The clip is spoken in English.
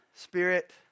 Spirit